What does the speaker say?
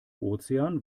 ozean